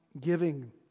giving